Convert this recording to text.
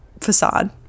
facade